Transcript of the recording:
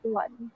one